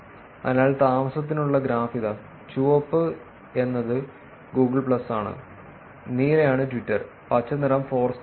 അതിനാൽ താമസത്തിനുള്ള ഗ്രാഫ് ഇതാ ചുവപ്പ് എന്നത് ഗൂഗിൾ പ്ലസ് ആണ് നീലയാണ് ട്വിറ്റർ പച്ചനിറം ഫോർസ്ക്വയറാണ്